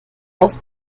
aus